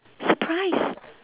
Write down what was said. surprise